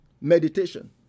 Meditation